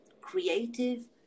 creative